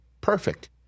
perfect